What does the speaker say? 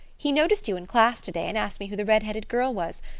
he noticed you in class today, and asked me who the red-headed girl was.